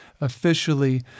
officially